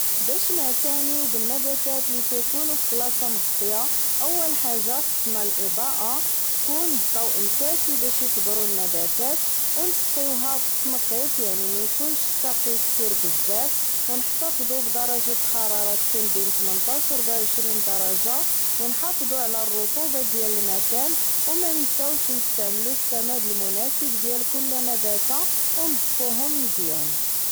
باش نعتانيو بالنباتات لتيكونو فبلاصة مغطية اول حاجة خصنا الاضاءة يكون الضوء الكافي باش اكبرو النباتات و نسقيوها بالتنقيط يعني ميكونش السقي كتير بزاف و نحتافضو على درجة حرارة تكون بين تمنتاش و ربعة وعشرين درجة و نحافضو على رطوبة المكان و مانساوش نستعملو السمد المناسب ديال كل نبتة و نضفوهوم مزيان